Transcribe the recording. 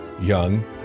young